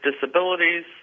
disabilities